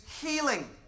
healing